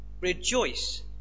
rejoice